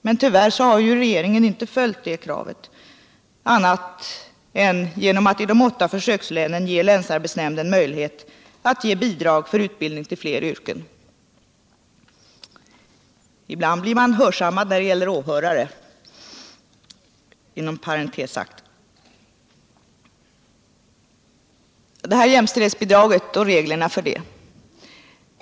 Men tyvärr har regeringen inte följt riksdagens beslut annat än genom att i de åtta försökslänen ge länsarbetsnämnden möjlighet att ge bidrag för utbildning i fler yrken. Ibland blir. man hörsammad när det gäller åhörare — detta sagt inom parentes, som en kommentar till att en representant för arbetsmarknadsdepartementet nu kommer tillbaka in i kammaren.